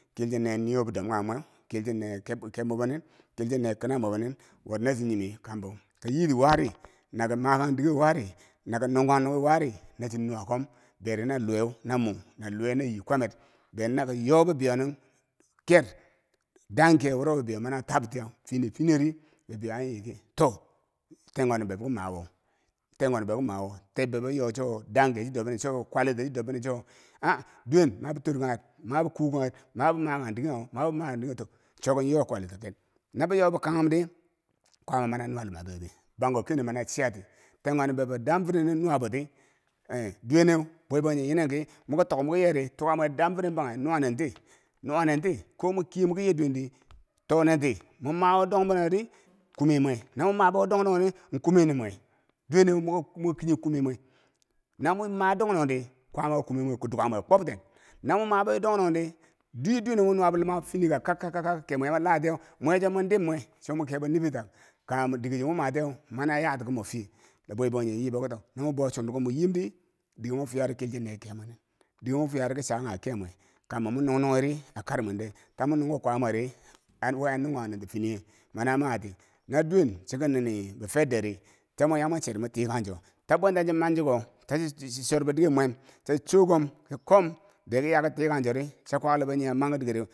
Kilchi ne niwo bidom kanghe mweu, kilchi ne kebmwebonin Kilchi ne kinab mwebo nin, bori nachi nyemi kambo kayitiwari na kom ma kan dikero wari naka nunkan nunghi wari, nachi nuwa kom beri na luweu na mum na luweu na yi kwamer beri na koyo bibiyo nin ker danke woro bibiyo mani tabtiya finifiniye di bibiyo an i to, ten kwanob bebo ki ma wo, ten kwanob bebo ke ma wo teb bebo yo chowo dangke chidob binineu chowo ah dowen mabi torkangher, mabi kukongher, mabi maka dikewo mabi makang dikewo tok cho kom yo kwalito ken no beyobe kaghn di kwaama mani nuwa lumabeti banko keneu mani chiyati tankwanob bebo dam firene nuwa boti eh duwe neu bwe bangjinghe yi nen ki moki tok mwiki yeri tuka meu dam firen bangheu nuwanti nuwanen ti ko ma kiye moki nye duwen di, tonendi mo mawo dondoghe di kume mwe mabo wo dong donghe ri, kume ni mwe duweneu mwiki kichi kume na mwi ma dong dong di kwaama ki kume mweu ki duka mweko kwobten ten na momabo wo dong dongdi dii duwe neu wo mo nuwa bo luma fini ka kakkakka kebmwebo yalatiya mwe cho mon dim mwe cho mwi kebo niffir tak, kanghe dike cho momatiye mani yatikimo fiye la bwe bangjinghe yi bo ki to, no ko bow chundukur mwiyimdi kange mofiyari kilchi nin dike mwa fiyari ko cha kanghe kemwe kambo mo nungnugheri akarmwande ta mo nung ki kwamweri an we a nung kang nenti finiye? manaa mati no duwen chiki nini bi fedderi chanwo mwancheri mwitikancho ta bwenta chiman chuko ta chi chi chorbo diker mwem cha chokom ki kom dikiya ko tikang chori chi kwaklibo niya manki kedikere.